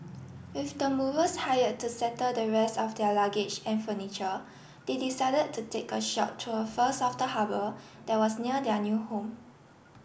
with the movers hired to settle the rest of their luggage and furniture they decided to take a short tour first of the harbour that was near their new home